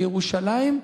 בירושלים,